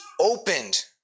opened